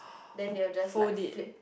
then they will just like flip